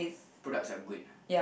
products are good